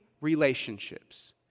relationships